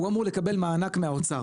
הוא אמור לקבל מענק מהאוצר,